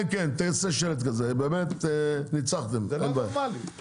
כן כן תעשה שלט כזה, באמת ניצחתם, אין בעיה.